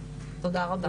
תודה רבה.